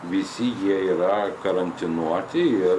visi jie yra karantinuoti ir